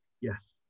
Yes